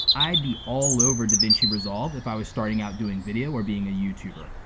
i'd be all over davinci resolve if i was starting out doing video or being a youtuber.